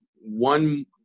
one